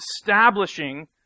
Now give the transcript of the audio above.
establishing